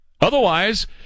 Otherwise